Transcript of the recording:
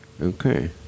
Okay